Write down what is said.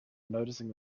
noticing